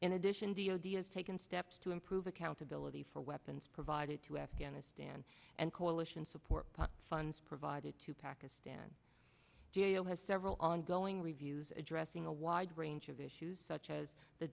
in addition d o d s taken steps to improve accountability for weapons provided to afghanistan and coalition support funds provided to pakistan jail has several ongoing reviews addressing a wide range of issues such as the